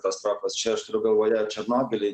katastrofos čia aš turiu galvoje černobylį